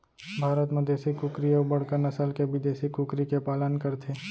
भारत म देसी कुकरी अउ बड़का नसल के बिदेसी कुकरी के पालन करथे